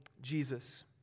Jesus